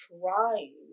trying